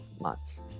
months